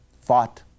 fought